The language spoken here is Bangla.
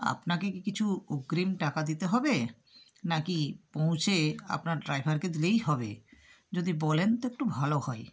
আপনাকে কি কিছু অগ্রিম টাকা দিতে হবে না কি পৌঁছে আপনার ড্রাইভারকে দিলেই হবে যদি বলেন তো একটু ভালো হয়